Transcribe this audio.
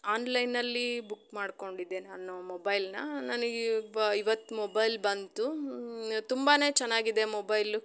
ಆನ್ಲೈನಲ್ಲಿ ಬುಕ್ ಮಾಡಿಕೊಂಡಿದ್ದೆ ನಾನು ಮೊಬೈಲನ್ನ ನನಗೆ ಇವ ಇವತ್ತು ಮೊಬೈಲ್ ಬಂತು ತುಂಬಾ ಚೆನ್ನಾಗಿದೆ ಮೊಬೈಲು